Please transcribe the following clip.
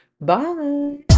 Bye